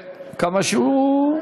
כמה זמן יש לו?